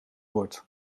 wordt